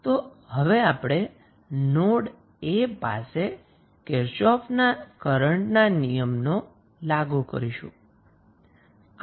તો હવે આપણે નોડ a પાસે કિર્ચોફનો કરન્ટનો નિયમ લાગુ આપણે કરીશું